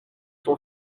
son